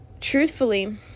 truthfully